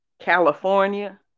California